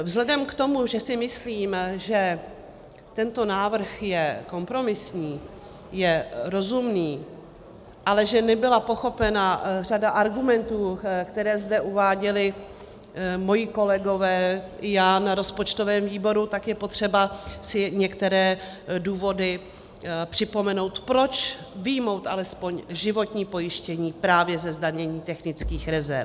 Vzhledem k tomu, že si myslím, že tento návrh je kompromisní, je rozumný, ale že nebyla pochopena řada argumentů, které zde uváděli moji kolegové i já na rozpočtovém výboru, tak je potřeba si některé důvody připomenout, proč vyjmout alespoň životní pojištění právě ze zdanění technických rezerv.